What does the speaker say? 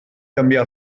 canviar